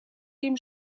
dem